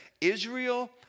Israel